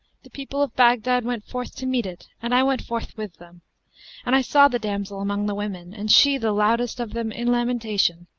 the people of baghdad went forth to meet it and i went forth with them and i saw the damsel among the women and she the loudest of them in lamentation,